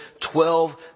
twelve